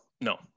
No